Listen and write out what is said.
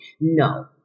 No